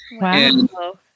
Wow